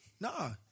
No